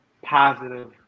positive